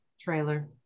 trailer